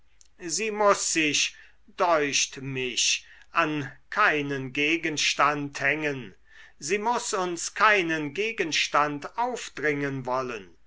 sie muß sich deucht mich an keinen gegenstand hängen sie muß uns keinen gegenstand aufdringen wollen